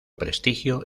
prestigio